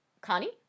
Connie